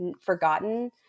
forgotten